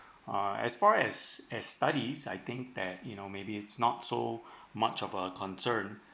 uh as far as as studies I think that you know maybe it's not so much of a concern